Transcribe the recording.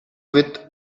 with